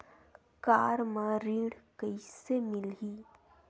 Car म ऋण कइसे मिलही?